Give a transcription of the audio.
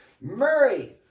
Murray